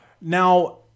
now